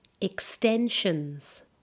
Extensions